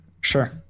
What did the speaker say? Sure